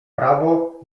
prawo